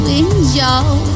enjoy